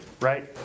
Right